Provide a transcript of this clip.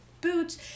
Boots